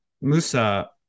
musa